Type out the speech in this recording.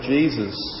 Jesus